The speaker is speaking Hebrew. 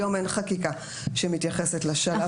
היום אין חקיקה שמתייחסת לשלב הזה.